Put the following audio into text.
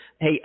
Hey